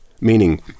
meaning